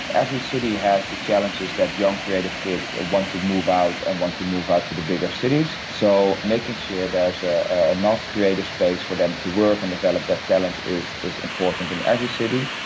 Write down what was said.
every city has the challenges that young creative kids want to move out and want to move out to the bigger cities, so making sure there and is ah enough creative space for them to work and develop their talents is is important in every city,